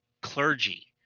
clergy